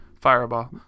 Fireball